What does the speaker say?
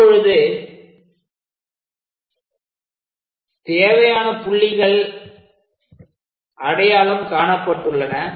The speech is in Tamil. இப்பொழுது தேவையான புள்ளிகள் அடையாளம் காணப்பட்டுள்ளன